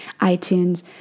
iTunes